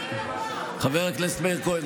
חבר הכנסת מאיר כהן,